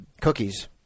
cookies